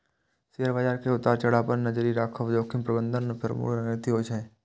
share बाजार के उतार चढ़ाव पर नजरि राखब जोखिम प्रबंधनक प्रमुख रणनीति होइ छै